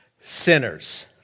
sinners